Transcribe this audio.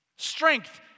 Strength